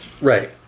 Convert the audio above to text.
Right